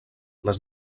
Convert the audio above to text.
les